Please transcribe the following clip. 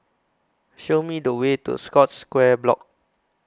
Show Me The Way to Scotts Square Block